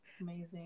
amazing